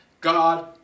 God